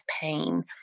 pain